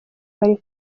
bari